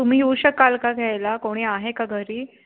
तुम्ही येऊ शकाल का घ्यायला कोणी आहे का घरी